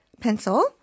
pencil